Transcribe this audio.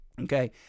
Okay